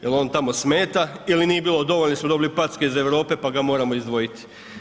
Je li on tamo smeta ili nije bilo dovoljno, pa smo dobili packe iz Europe pa ga moramo izdvojiti.